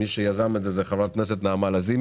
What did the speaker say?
מי שיזם את זה הייתה חברת הכנסת לזימי.